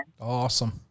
Awesome